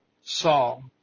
Saul